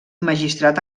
magistrat